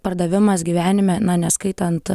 pardavimas gyvenime na neskaitant